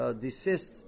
desist